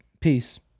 peace